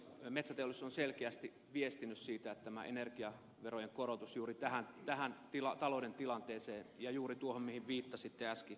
metsäteollisuus on selkeästi viestinyt tästä energiaverojen korotuksesta juuri tähän talouden tilanteeseen ja juuri tuohon mihin viittasitte äsken